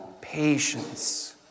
Patience